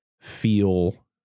feel